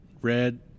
red